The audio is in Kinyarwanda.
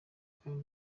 kandi